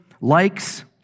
likes